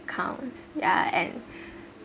counts yeah and